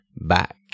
back